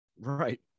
Right